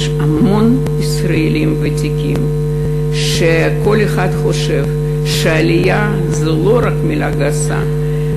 יש המון ישראלים ותיקים שכל אחד מהם חושב שעלייה זה לא רק מילה גסה,